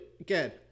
again